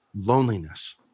Loneliness